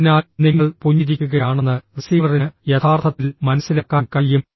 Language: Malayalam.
അതിനാൽ നിങ്ങൾ പുഞ്ചിരിക്കുകയാണെന്ന് റിസീവറിന് യഥാർത്ഥത്തിൽ മനസ്സിലാക്കാൻ കഴിയും